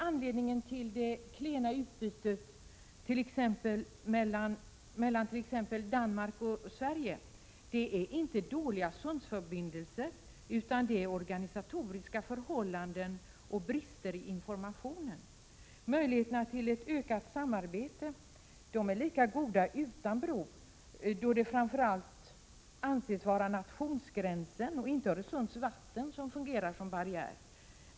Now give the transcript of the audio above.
Anledningen till det klena utbytet mellan t.ex. Danmark och Sverige är dock inte de dåliga Öresundsförbindelserna, utan anledningen är organisatoriska förhållanden och brister i informationen. Möjligheterna till ett ökat samarbete är lika goda även om det inte finns en bro. Man anser nämligen att det framför allt är nationsgränsen och inte Öresunds vatten som fungerar som barriär.